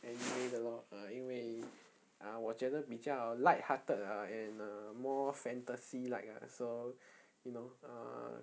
anime 的 lor uh 因为 ah 我觉得比较 lighthearted ah and more fantasy like ah so you know uh